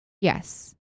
Yes